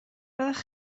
roeddech